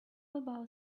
about